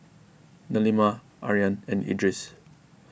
Delima Aryan and Idris